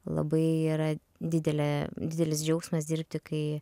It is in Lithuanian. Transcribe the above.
labai yra didelė didelis džiaugsmas dirbti kai